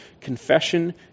Confession